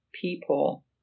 people